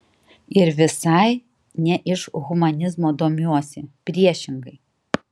ir visai ne iš humanizmo domiuosi priešingai